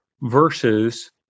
versus